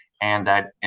and that,